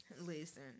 Listen